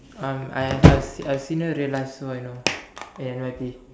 um I've I I've seen her real life so I know in N_Y_P